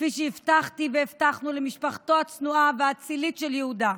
כפי שהבטחתי והבטחנו למשפחתו הצנועה והאצילית של יהודה,